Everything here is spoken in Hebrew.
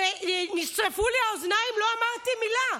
נשרפו לי האוזניים ולא אמרתי מילה.